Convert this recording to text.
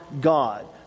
God